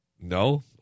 No